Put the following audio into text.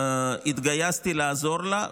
התגייסתי לעזור לה.